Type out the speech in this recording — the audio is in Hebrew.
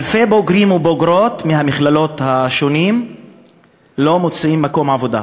אלפי בוגרים ובוגרות מהמכללות השונות לא מוצאים מקום עבודה.